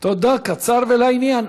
תודה, קצר ולעניין.